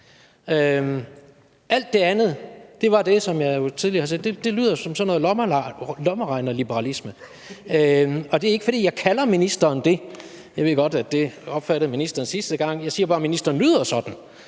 at taletiden var overstået. Alt det andet lyder som sådan noget lommeregnerliberalisme. Og det er ikke, fordi jeg kalder ministeren det – jeg ved godt, at sådan opfattede ministeren det sidste gang. Jeg siger bare, at ministeren lyder sådan,